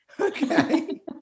Okay